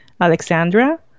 Alexandra